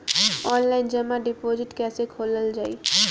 Online जमा deposit कैसे खोलल जाइ?